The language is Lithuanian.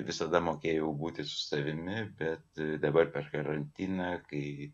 visada mokėjau būti su savimi bet dabar per karantiną kai